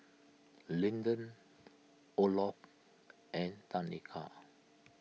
Linden Olof and Tanika